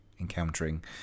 encountering